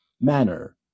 manner